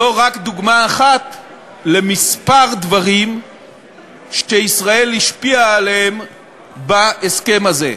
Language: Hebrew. זו רק דוגמה אחת לכמה דברים שישראל השפיעה עליהם בהסכם הזה.